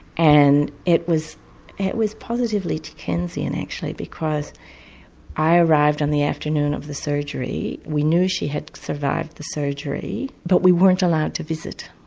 and it it was positively dickensian actually because i arrived on the afternoon of the surgery, we knew she had survived the surgery but we weren't allowed to visit.